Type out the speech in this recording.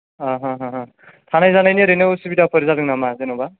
थानाय जानायनि ओरैनो उसुबिदाफोर जादों नामा जेनोबा